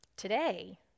Today